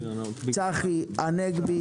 צחי הנגבי,